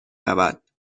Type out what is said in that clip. رود